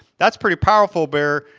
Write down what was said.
that's pretty powerful where,